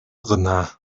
гына